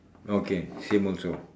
okay same also